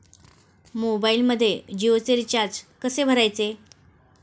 मोबाइलमध्ये जियोचे रिचार्ज कसे मारायचे?